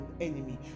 enemy